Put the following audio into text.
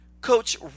Coach